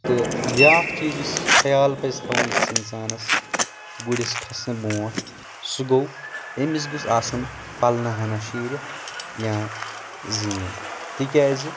تہٕ بیٛاکھ چیٖز یُس خیال پزِ تھوُن أکِس انسانس گُرِس کھسنہٕ برٛونٛٹھ سُہ گوٚو أمِس گوٚژھ آسُن پلنہٕ ہنا شیٖرِتھ یا زیٖن تِکیٛازِ